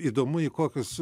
įdomu į kokius